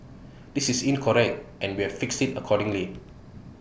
this is incorrect and we have fixed IT accordingly